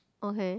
okay